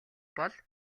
бол